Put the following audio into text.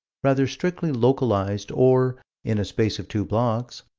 rather strictly localized, or in a space of two blocks,